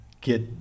get